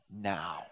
now